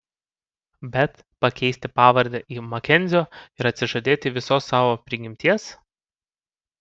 bet pakeisti pavardę į makenzio ir atsižadėti visos savo prigimties